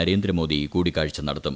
നരേന്ദ്രമോദി കൂടിക്കാഴ്ച നടത്തും